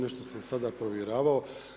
Nešto sam sada provjeravao.